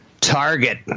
Target